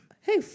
Hey